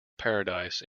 paradise